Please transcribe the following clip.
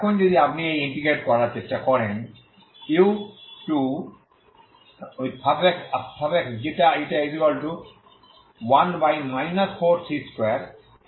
এখন যদি আপনি এই ইন্টিগ্রেট করার চেষ্টা করেনu21 4c2hξη